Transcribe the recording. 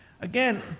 again